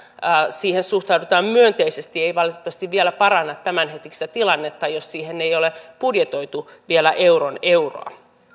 siihen suhtaudutaan myönteisesti ei valitettavasti vielä paranna tämänhetkistä tilannetta jos siihen ei ole budjetoitu vielä euron